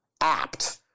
apt